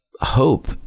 hope